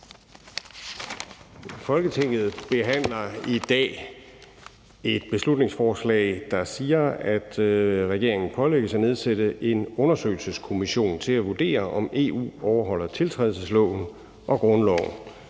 Folketinget behandler i dag et beslutningsforslag, der siger, at regeringen pålægges at nedsætte en undersøgelseskommission til at vurdere, om EU overholder tiltrædelsesloven og grundloven.